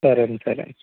సరేండి సరేండి